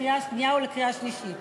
לקריאה שנייה